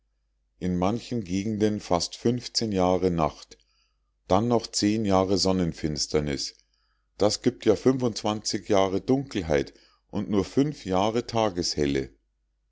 in manchen gegenden fast jahre nacht dann noch jahre sonnenfinsternis das gibt ja jahre dunkelheit und nur jahre tageshelle